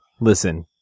Listen